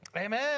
Amen